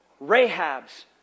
Rahab's